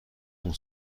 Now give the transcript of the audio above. اون